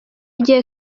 gihe